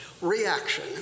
Reaction